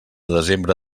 desembre